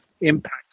impact